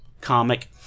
comic